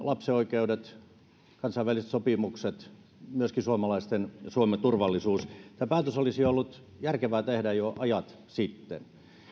lapsen oikeudet kansainväliset sopimukset sekä myöskin suomalaisten ja suomen turvallisuus tämä päätös olisi ollut järkevää tehdä jo ajat sitten